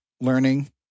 learning